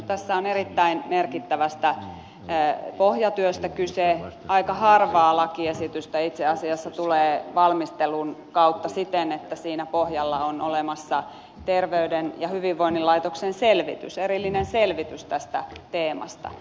tässä on erittäin merkittävästä pohjatyöstä kyse aika harva lakiesitys itse asiassa tulee valmistelun kautta siten että siinä pohjalla on olemassa terveyden ja hyvinvoinnin laitoksen selvitys erillinen selvitys siitä teemasta